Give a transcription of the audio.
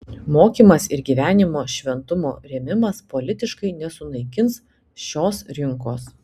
mokymas ir gyvenimo šventumo rėmimas politiškai nesunaikins šios rinkos